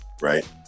right